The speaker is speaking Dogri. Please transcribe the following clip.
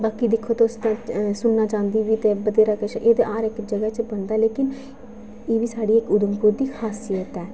बाकी दिक्खो तुस तां सुन्ना चांदी बी ते बत्थेरा किश एह् ते हर इक जगहा च बनदा ऐ लेकिन एह् बी इक साढ़े उधमपुर दी खास्यित ऐ